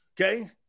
Okay